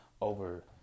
over